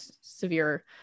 severe